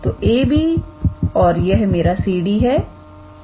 तो ab और यह मेरा c d है